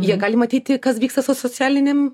jie gali matyti kas vyksta su socialinėm